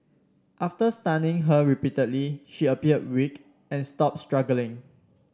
after stunning her repeatedly she appeared weak and stopped struggling